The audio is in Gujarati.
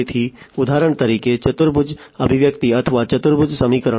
તેથી ઉદાહરણ તરીકે ચતુર્ભુજ અભિવ્યક્તિ અથવા ચતુર્ભુજ સમીકરણ